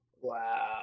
Wow